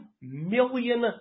million